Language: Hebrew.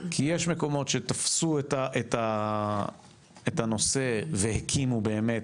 כי יש מקומות שתפסו את הנושא והקימו באמת,